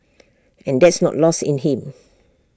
and that's not lost in him